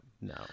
no